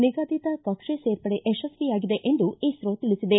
ನಿಗದಿತ ಕಕ್ಷೆ ಸೇರ್ಪಡೆ ಯಶಸ್ವಿಯಾಗಿದೆ ಎಂದು ಇಸ್ತೋ ತಿಳಿಸಿದೆ